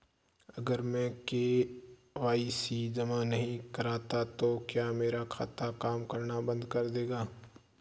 अगर मैं के.वाई.सी जमा नहीं करता तो क्या मेरा खाता काम करना बंद कर देगा?